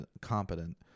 competent